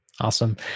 Awesome